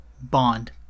bond